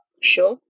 Sure